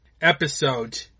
episode